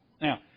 Now